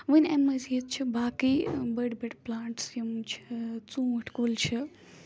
وَنۍ اَمہِ مٔزیٖد چھِ باقٕے بٔڑۍ بٔڑۍ پٕلانٛٹٕس یِم چھِ ژوٗنٛٹھۍ کُل چھِ